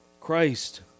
Christ